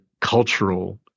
cultural